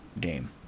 game